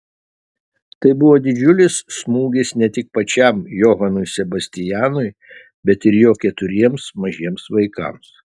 tai buvo didžiulis smūgis ne tik pačiam johanui sebastianui bet ir jo keturiems mažiems vaikams